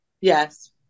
Yes